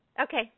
Okay